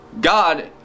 God